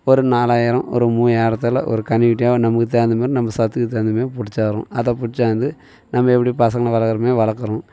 ஒரு நாலாயிரம் ஒரு மூயாயிரத்தில் ஒரு கன்றுக்குட்டிய நமக்கு தகுந்தமாதிரி நம்ம சத்துக்கு தகுந்தமாதிரி புடிச்சடுறோம் அதை பிடிச்சாந்து நம்ம எப்படி பசங்களை வளர்க்குறமாரி வளர்க்குறோம்